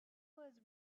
was